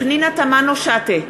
פנינה תמנו-שטה,